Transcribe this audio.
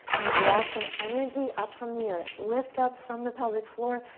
you draw some energy up from the earth. lift up from the pelvic floor,